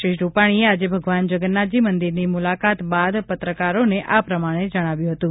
શ્રી રુપાણીએ આજે ભગવાન જગન્નાથ મંદિરની મુલાકાત બાદ પત્રકારોને આ પ્રમાણે જણાવ્યું હતું